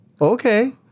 Okay